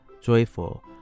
joyful